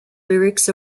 lyrics